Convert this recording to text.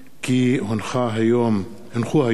כי הונחו היום